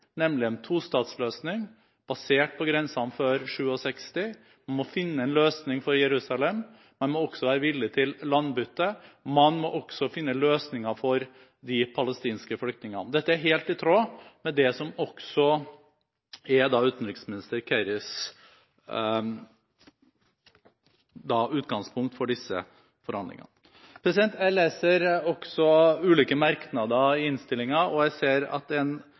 en tostatsløsning, basert på grensene fra 1967 – finne en løsning for Jerusalem – være villig til landbytte – finne løsninger for de palestinske flyktningene Dette er helt i tråd med det som er utenriksminister Kerrys utgangspunkt for disse forhandlingene. Jeg leser også ulike merknader i innstillingen, og jeg ser at